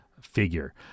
figure